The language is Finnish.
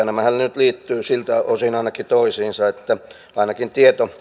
nämähän nyt liittyvät toisiinsa ainakin siltä osin että ainakin